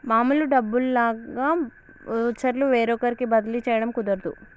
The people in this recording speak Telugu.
మామూలు డబ్బుల్లాగా వోచర్లు వేరొకరికి బదిలీ చేయడం కుదరదు